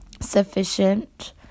sufficient